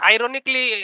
Ironically